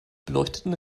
beleuchteten